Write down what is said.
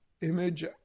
image